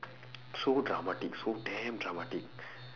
so dramatic so damn dramatic